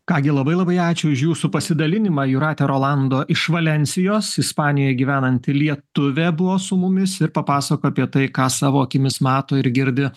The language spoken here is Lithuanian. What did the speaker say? ką gi labai labai ačiū už jūsų pasidalinimą jūratė rolando iš valensijos ispanijoj gyvenanti lietuvė buvo su mumis ir papasakojo apie tai ką savo akimis mato ir girdi